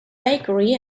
bakery